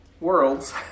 worlds